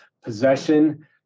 possession